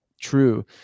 true